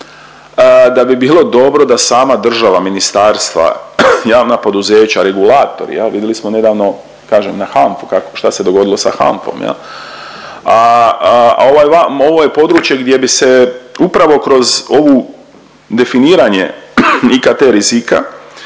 da bi bilo dobro da sama država, ministarstva, javna poduzeća, regulatori jel, vidjeli smo nedavno kažem na HANFA-u kako, šta se dogodilo sa HANFA-om jel, a ovo je područje gdje bi se upravo kroz ovu definiranje IKT rizika,